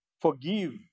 forgive